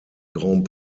grand